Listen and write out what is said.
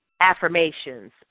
affirmations